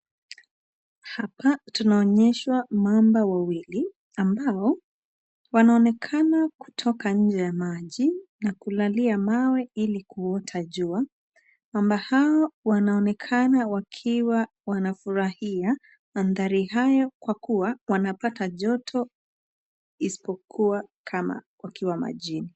Hapa tunaonyeshwa mamba wawili ambao wanaonekana kutoka nje ya maji na kulalia mawe ili kuota jua. Mamba hao wanaonekana wakiwa wanafurahia mandhari hayo kwa kuwa wanapata joto isipokuwa kama wakiwa majini.